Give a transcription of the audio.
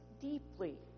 deeply